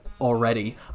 already